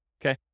Okay